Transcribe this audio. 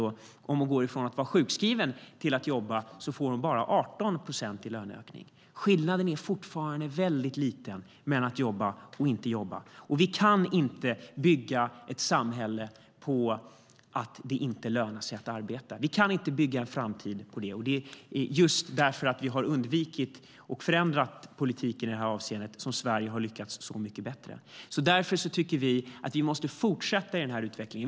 Och om hon går från att vara sjukskriven till att jobba får hon bara 18 procent i löneökning. Skillnaden är fortfarande mycket liten mellan att jobba och att inte jobba, och vi kan inte bygga ett samhälle på att det inte lönar sig att arbeta. Vi kan inte bygga en framtid på det. Det är just för att vi har förändrat politiken i detta avseende som Sverige har lyckats så mycket bättre. Därför tycker vi att vi måste fortsätta denna utveckling.